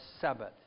Sabbath